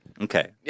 Okay